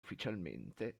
ufficialmente